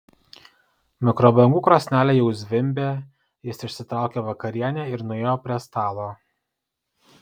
mikrobangų krosnelė jau zvimbė jis išsitraukė vakarienę ir nuėjo prie stalo